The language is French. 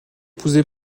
épousé